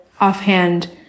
offhand